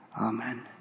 Amen